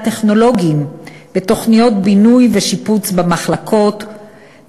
טכנולוגיים בתוכניות בינוי ושיפוץ במחלקות,